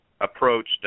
approached